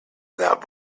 that